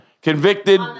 Convicted